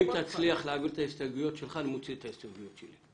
אם תצליח להעביר את ההסתייגויות שלך אני מסיר את ההסתייגויות שלי.